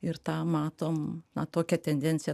ir tą matom na tokią tendenciją